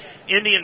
Indian